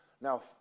Now